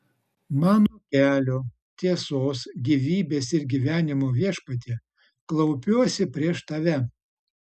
mano kelio tiesos gyvybės ir gyvenimo viešpatie klaupiuosi prieš tave